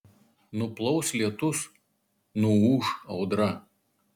nuplaus lietus nuūš audra